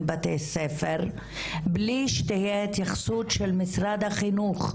בתי הספר בלי שתהיה התייחסות של משרד החינוך.